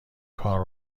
کار